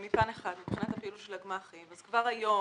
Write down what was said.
הפעילות של הגמ"חים, כבר היום,